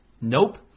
nope